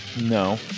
No